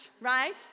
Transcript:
right